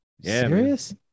Serious